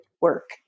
work